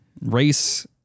race